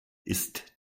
ist